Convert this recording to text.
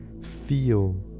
feel